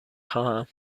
خواهم